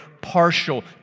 partial